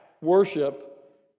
worship